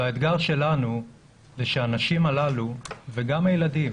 האתגר שלנו היא שהנשים הללו, וגם הילדים